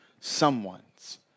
someones